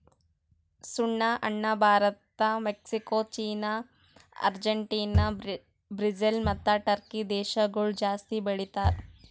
ಸುಣ್ಣ ಹಣ್ಣ Bharat, Mexico, China, Argentina, Brazil ಮತ್ತ ಟರ್ಕಿ ದೇಶಗೊಳ್ ಜಾಸ್ತಿ ಬೆಳಿತಾರ್